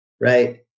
right